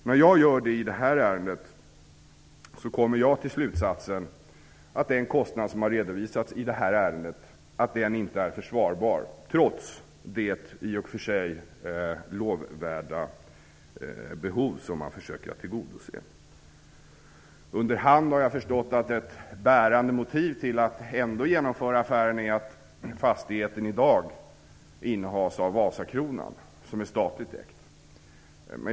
När jag gör det i det här ärendet kommer jag till slutsatsen att den kostnad som har redovisats inte är försvarbar trots det i och för sig lovvärda behov som man försöker att tillgodose. Under hand har jag förstått att ett bärande motiv till att ändå genomföra affären är att fastigheten i dag innehas av Vasakronan, som är statligt ägt.